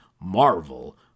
marvel